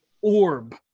orb